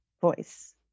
voice